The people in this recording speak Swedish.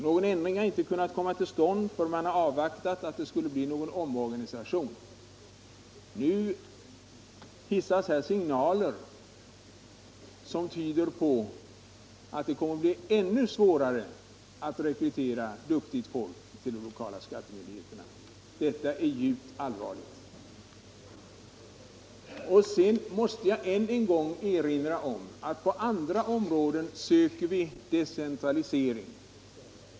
Någon ändring i detta har inte kunnat komma till stånd, eftersom man hänvisar till väntad omorganisation. Nu hissas emellertid signaler som tyder på att det kommer att bli ännu svårare att rekrytera duktigt folk till de lokala skattemyndigheterna. Detta är djupt allvarligt. Vidare måste jag än en gång erinra om att vi på andra områden söker åstadkomma en decentralisering.